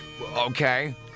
Okay